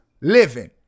living